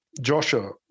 Joshua